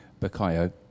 Bakayo